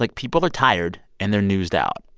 like people are tired, and they're newsed out.